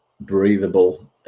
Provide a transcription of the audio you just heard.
breathable